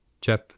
Jeff